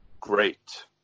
great